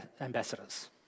ambassadors